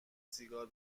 سیگار